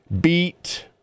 beat